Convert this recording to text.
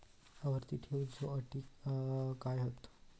आवर्ती ठेव च्यो अटी काय हत?